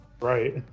Right